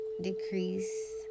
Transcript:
decrease